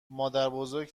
مادربزرگ